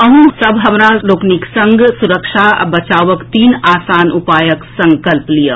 अहूँ सभ हमरा लोकनिक संग सुरक्षा आ बचावक तीन आसान उपायक संकल्प लियऽ